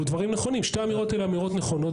לאור האמירות שנאמרו,